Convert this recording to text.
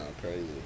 crazy